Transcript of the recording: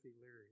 Leary